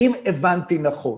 אם הבנתי נכון.